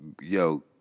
Yo